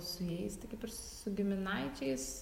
su jais tai kaip ir su giminaičiais